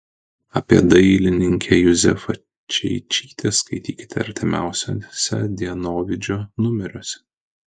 apie dailininkę juzefą čeičytę skaitykite artimiausiuose dienovidžio numeriuose